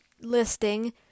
listing